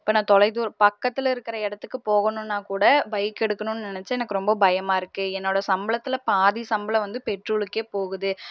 இப்போ நான் தொலைதூர பக்கத்தி இருக்கிற இடத்துக்கு போகணும்னா கூட பைக் எடுக்கணும்னு நினைச்சு எனக்கு ரொம்ப பயமாகருக்கு என்னோடய சம்பளத்தில் பாதி சம்பளம் வந்து பெட்ரோலுக்கே போகுது